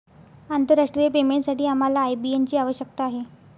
आंतरराष्ट्रीय पेमेंटसाठी आम्हाला आय.बी.एन ची आवश्यकता आहे